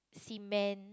cement